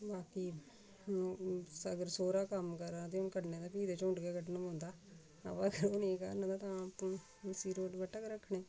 बाकी अगर सौह्रा कम्म करा दे होन कन्नै ते फ्ही ते झुंड कड्ढन गै पौंदा अवा अगर ओह् नेईं करन तां सिरोटर दपट्टा गै रक्खने